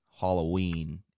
Halloween